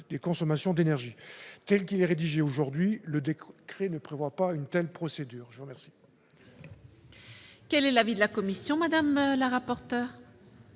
des consommations d'énergie. Tel qu'il est rédigé aujourd'hui, le décret ne prévoit pas une telle procédure. Quel